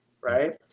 right